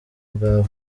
bwawe